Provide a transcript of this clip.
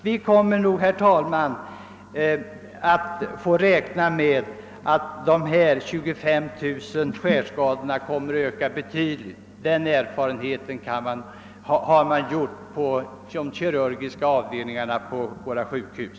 Vi får nog räkna med att antalet skärskador kommer att öka betydligt. Den erfarenheten har man gjort på de kirurgiska avdelningarna på våra sjukhus.